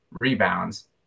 rebounds